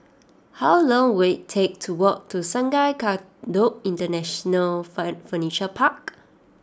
how long will it take to walk to Sungei Kadut International fine Furniture Park